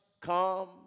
come